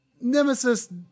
Nemesis